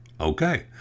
Okay